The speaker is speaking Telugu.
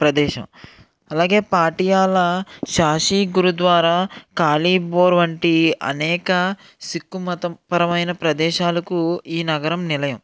ప్రదేశం అలాగే పాటియాలా షాషి గురుద్వారా ఖాళీ బోర్వంటి అనేక సిక్కుమతం పరమైన ప్రదేశాలకు ఈ నగరం నిలయం